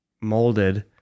molded